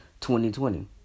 2020